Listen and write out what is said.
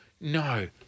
no